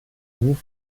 ruf